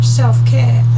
self-care